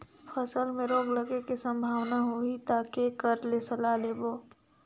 फसल मे रोग लगे के संभावना होही ता के कर ले सलाह लेबो?